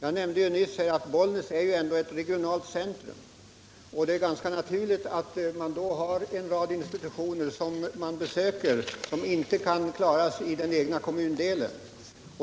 Jag nämnde nyss att Bollnäs ändå är ett regionalt centrum, och det är ganska naturligt att man har en rad institutioner och serviceinrättningar som inte kan klaras i den egna kommundelen.